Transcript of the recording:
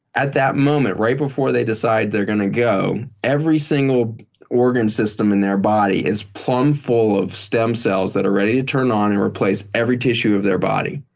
at that moment, right before they decide they're going to go, every single organ system in their body is plum full of stem cells that are ready to turn on and replace every tissue of their body.